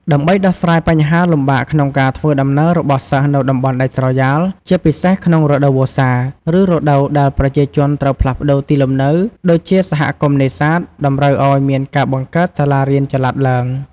ដើម្បីដោះស្រាយបញ្ហាលំបាកក្នុងការធ្វើដំណើររបស់សិស្សនៅតំបន់ដាច់ស្រយាល ជាពិសេសក្នុងរដូវវស្សា ឬរដូវដែលប្រជាជនត្រូវផ្លាស់ប្តូរទីលំនៅ ដូចជាសហគមន៍នេសាទ តម្រូវអោយមានការបង្កើតសាលារៀនចល័តឡើង។